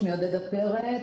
שמי עודדה פרץ,